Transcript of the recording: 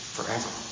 Forever